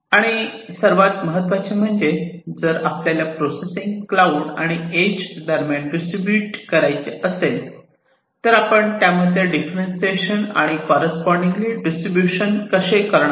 आणि सर्वात महत्त्वाचे म्हणजे जर आपल्याला प्रोसेसिंग क्लाऊड आणि एज दरम्यान डिस्ट्रीब्युट करायचे असेल तर आपण त्या मध्ये डिफरेन्टीएशन आणि कॉररेस्पॉन्डिन्गली डिस्ट्रिब्युशन कसे करणार